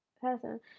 person